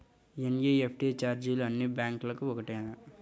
NEFT ఛార్జీలు అన్నీ బ్యాంక్లకూ ఒకటేనా?